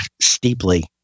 steeply